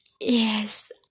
yes